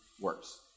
works